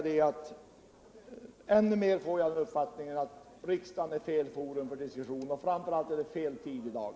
Jag får ännu mer den uppfattningen att riksdagen är fel forum för den här diskussionen och att det framför allt är fel tid i dag.